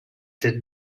did